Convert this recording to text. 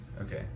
Okay